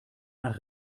nach